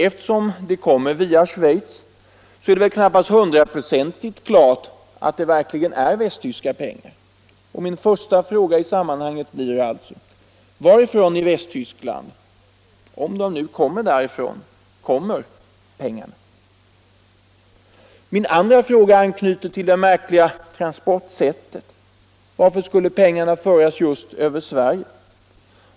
Eftersom de kommer via Schweiz är det väl knappast hundraprocentigt klart att det verkligen är västtyska pengar. Min första fråga i sammanhanget blir alltså: Varifrån i Västtyskland, om de nu kommer därifrån, kommer pengarna? Min andra fråga anknyter till det märkliga transportsättet. Varför skulle pengarna föras just över Sverige?